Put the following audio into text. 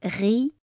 ri